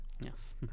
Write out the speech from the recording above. Yes